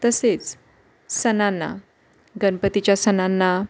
तसेच सणांना गणपतीच्या सणांना